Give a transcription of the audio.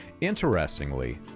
Interestingly